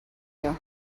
you